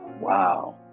Wow